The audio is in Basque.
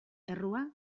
errua